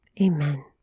Amen